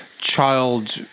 child